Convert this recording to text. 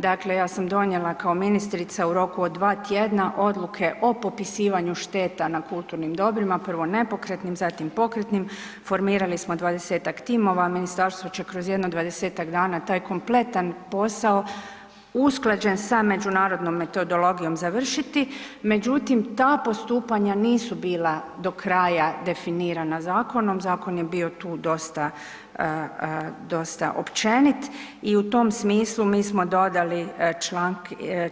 Dakle, ja sam donijela kao ministrica u roku od 2 tjedna odluke o popisivanju šteta na kulturnim dobrima, prvo nepokretnim, zatim pokretnim, formirali smo 20-tak timova, ministarstvo će kroz jedno 20-tak dana taj kompletan posao usklađen sa međunarodnom metodologijom završiti, međutim ta postupanja nisu bila do kraja definirana zakonom, zakon je bio tu dosta općenit i u tom smislu mi smo dodali